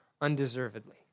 undeservedly